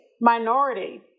minority